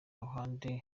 ruhande